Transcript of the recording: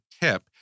tip